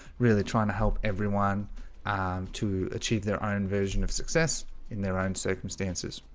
really trying to help everyone um to achieve their own version of success in their own circumstances